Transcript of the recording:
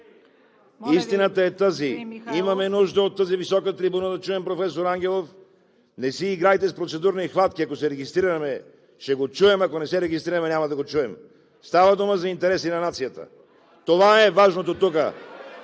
Истината е тази – имаме нужда от тази висока трибуна да чуем професор Ангелов. Не си играйте с процедурни хватки – ако се регистрираме, ще го чуем, ако не се регистрираме, няма да го чуем. Става дума за интереси на нацията. (Шум и реплики